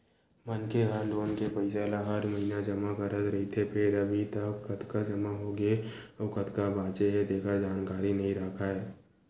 मनखे ह लोन के पइसा ल हर महिना जमा करत रहिथे फेर अभी तक कतका जमा होगे अउ कतका बाचे हे तेखर जानकारी नइ राखय